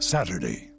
Saturday